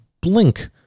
blink